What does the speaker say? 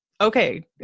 Okay